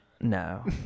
No